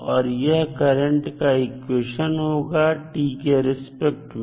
और यह करंट का इक्वेशन होगा t के रेस्पेक्ट में